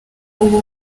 ubu